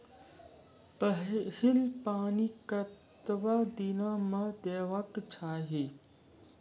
पहिल पानि कतबा दिनो म देबाक चाही?